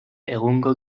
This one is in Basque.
egungo